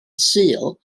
sul